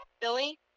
Billy